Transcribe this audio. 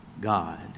God